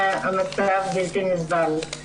המצב הוא בלתי נסבל.